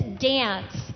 dance